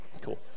Cool